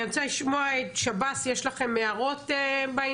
אני רוצה לשמוע את שב"ס, יש לכם הערות בעניין?